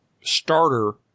starter